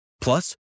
Plus